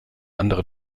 andere